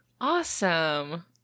Awesome